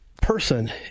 person